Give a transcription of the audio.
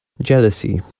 jealousy